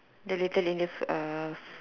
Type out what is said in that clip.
the letter of